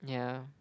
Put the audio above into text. yeah